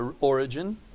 origin